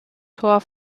tor